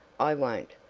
i won't.